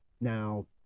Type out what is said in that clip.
Now